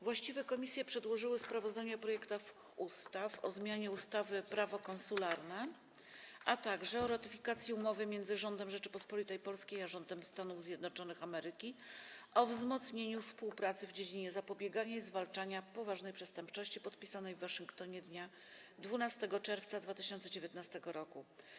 Właściwe komisje przedłożyły sprawozdania o projektach ustaw: - o zmianie ustawy Prawo konsularne, - o ratyfikacji Umowy między Rządem Rzeczypospolitej Polskiej a Rządem Stanów Zjednoczonych Ameryki o wzmocnieniu współpracy w dziedzinie zapobiegania i zwalczania poważnej przestępczości, podpisanej w Waszyngtonie dnia 12 czerwca 2019 r.